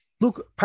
look